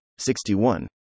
61